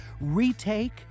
Retake